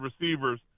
receivers